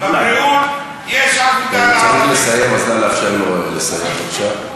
בבריאות יש עבודה לערבים, הוא